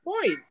point